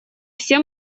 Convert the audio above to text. все